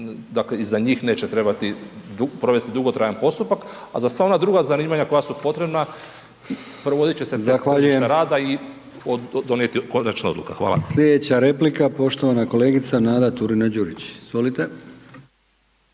dakle i za njih neće trebati provesti dugotrajan postupak, a za sva ona druga zanimanja koja su potrebna provodit će se interes tržišta rada i donijeti konačna odluka. **Brkić, Milijan (HDZ)** Zahvaljujem. Slijedeća replika poštovana kolegica Nada Turina Đurić. Izvolite.